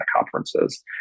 conferences